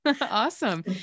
Awesome